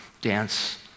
dance